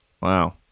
Wow